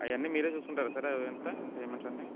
అవి అన్నీ మీరు చూకుంటారా సార్ అవి అంత ప్రెమెంట్స్ అన్నీ